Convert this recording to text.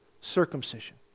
circumcision